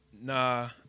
Nah